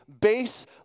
base